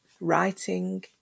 writing